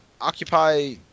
occupy